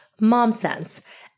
momsense